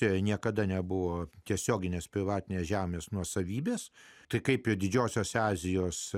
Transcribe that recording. jai niekada nebuvo tiesioginės privatinės žemės nuosavybės tai kaip jo didžiosiose azijos